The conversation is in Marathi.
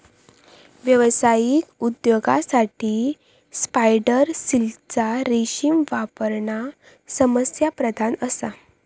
व्यावसायिक उपयोगासाठी स्पायडर सिल्कचा रेशीम वापरणा समस्याप्रधान असा